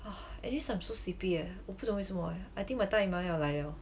alice I'm so sleepy eh 我不懂为什么 eh I think my 大姨妈要来 liao